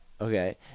Okay